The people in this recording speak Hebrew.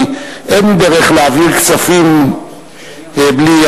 כי אין דרך להעביר כספים בלי,